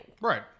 Right